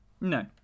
No